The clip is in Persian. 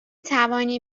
توانی